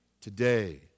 today